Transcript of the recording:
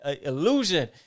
illusion